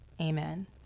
Amen